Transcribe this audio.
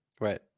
Right